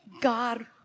God